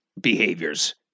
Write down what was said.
behaviors